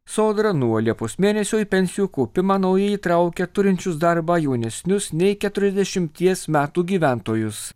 sodra nuo liepos mėnesio į pensijų kaupimą naujai įtraukia turinčius darbą jaunesnius nei keturiasdešimties metų gyventojus